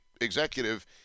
executive